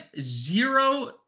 zero